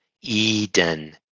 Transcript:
Eden